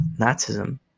Nazism